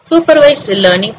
supervised learning